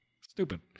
Stupid